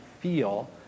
feel